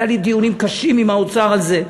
היו לי דיונים קשים עם האוצר על זה,